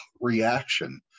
reaction